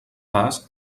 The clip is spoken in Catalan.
vas